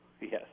yes